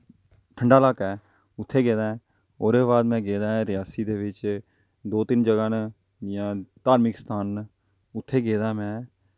ठंडा लाह्का ऐ उत्थें गेदा ऐ ओह्दे बाद में गेदा ऐं रियासी दे बिच्च दो तिन्न जगह् न जां धार्मक स्थान न उत्थें गेदा ऐं में